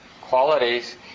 qualities